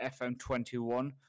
FM21